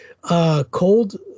cold